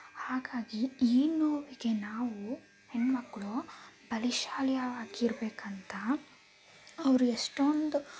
ಹಾಗಾಗಿ ಈ ನೋವಿಗೆ ನಾವು ಹೆಣ್ಣುಮಕ್ಳು ಬಲಶಾಲಿಯಾಗಿರ್ಬೇಕಂತ ಅವರು ಎಷ್ಟೊಂದು